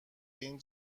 این